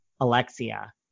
Alexia